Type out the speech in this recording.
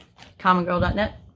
commongirl.net